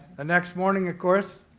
next morning, of course,